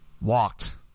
walked